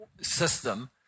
system